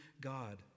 God